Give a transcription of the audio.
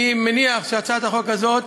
אני מניח שהצעת החוק הזאת